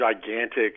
gigantic